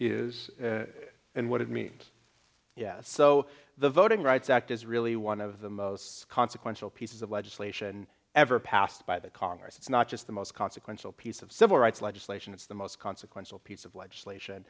is and what it means yes so the voting rights act is really one of the most consequential pieces of legislation ever passed by the congress it's not just the most consequential piece of civil rights legislation it's the most consequential piece of